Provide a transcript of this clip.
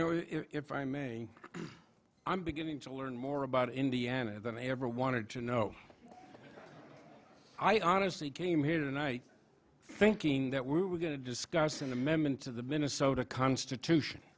know if i may i'm beginning to learn more about indiana than i ever wanted to know i honestly came here tonight thinking that we were going to discuss an amendment to the minnesota constitution